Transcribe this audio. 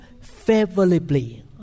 favorably